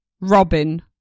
robin